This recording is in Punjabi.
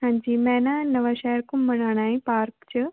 ਹਾਂਜੀ ਮੈਂ ਨਾ ਨਵਾਂਸ਼ਹਿਰ ਘੁੰਮਣ ਆਉਣਾ ਹੈ ਪਾਰਕ 'ਚ